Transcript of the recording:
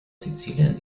sizilien